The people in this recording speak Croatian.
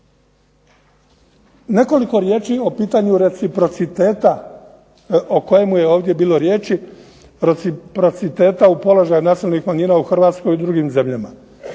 Nekoliko riječi o pitanju reciprociteta o kojemu je ovdje bilo riječi reciprociteta u položaju nacionalnih manjina u Hrvatskoj i drugim zemljama.